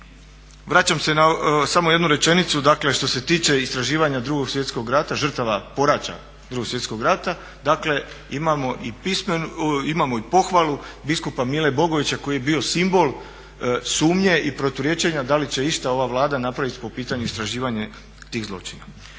Vraćam se na samo jednu rečenicu, dakle što se tiče istraživanja 2. svjetskog rata, žrtava poraća 2. svjetskog rata. Dakle, imamo i pohvalu biskupa Mile Bogovića koji je bio simbol sumnje i proturječnosti da li će išta ova Vlada napraviti po pitanju istraživanja tih zločina.